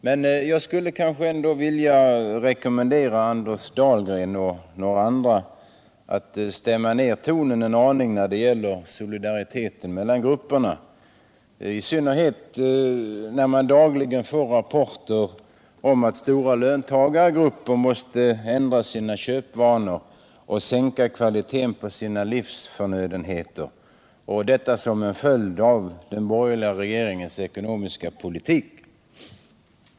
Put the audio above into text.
Men jag skulle ändå vilja rekommendera Anders Dahlgren och några andra ledamöter att stämma ner tonen en aning när det gäller solidariteten mellan grupperna. Vi får dagligen rapporter om att stora löntagargrupper måste ändra sina köpvanor och sänka kvaliteten på sina livsförnödenheter som en följd av den borgerliga regeringens ekonomiska politik.